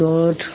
God